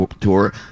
tour